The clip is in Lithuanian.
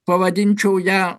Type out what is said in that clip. pavadinčiau ją